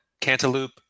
Cantaloupe